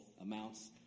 amounts